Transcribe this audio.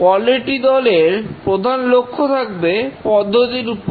quality দলের প্রধান লক্ষ্য থাকবে পদ্ধতির উপর